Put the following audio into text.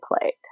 played